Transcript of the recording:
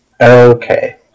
Okay